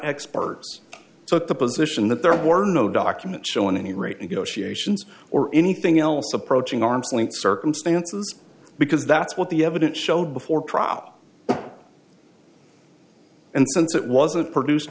experts so at the position that there were no documents showing any rate you know she ations or anything else approaching arm's length circumstances because that's what the evidence showed before trial and since it wasn't produced